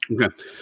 okay